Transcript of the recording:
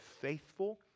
faithful